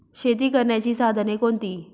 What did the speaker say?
शेती करण्याची साधने कोणती?